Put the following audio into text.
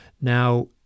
Now